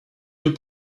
deux